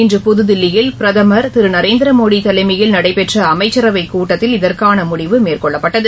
இன்று புதுதில்லியில் பிரதமர் திருநரேந்திரமோடிதலைமையில் நடைபெற்றஅமைச்சரவைக் கூட்டத்தில் இதற்கானமுடிவு மேற்கொள்ளப்பட்டது